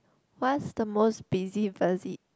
what's the most busybody